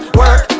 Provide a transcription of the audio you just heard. work